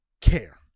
care